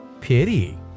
Pity